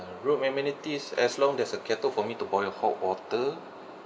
room amenities as long there's a kettle for me to boil hot water